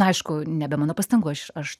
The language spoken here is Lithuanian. aišku ne be mano pastangų aš aš